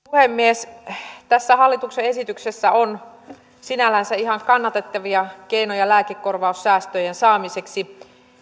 puhemies tässä hallituksen esityksessä on sinällänsä ihan kannatettavia keinoja lääkekorvaussäästöjen saamiseksi